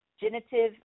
genitive